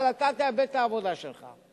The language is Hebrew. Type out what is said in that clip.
אבל תאבד את העבודה שלך.